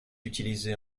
utilisé